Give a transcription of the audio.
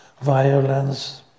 violence